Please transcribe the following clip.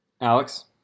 Alex